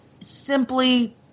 simply